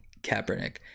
Kaepernick